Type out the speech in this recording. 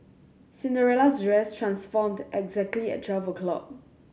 Cinderella's dress transformed exactly at twelve o'clock